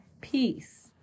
peace